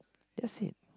that's it